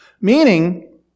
Meaning